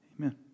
Amen